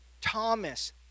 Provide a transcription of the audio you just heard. Thomas